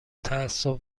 تعصب